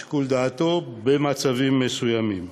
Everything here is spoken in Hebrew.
לשיקול דעתו, במצבים מסוימים,